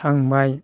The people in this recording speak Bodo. थांबाय